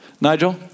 Nigel